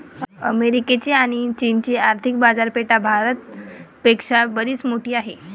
अमेरिकेची आणी चीनची आर्थिक बाजारपेठा भारत पेक्षा बरीच मोठी आहेत